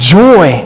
joy